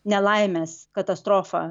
nelaimes katastrofą